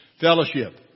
Fellowship